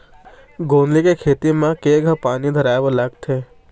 गोंदली के खेती म केघा पानी धराए बर लागथे?